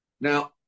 Now